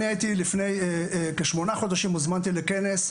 לפני כשמונה חודשים הוזמנתי לכנס,